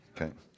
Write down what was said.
Okay